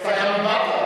כן.